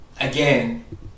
Again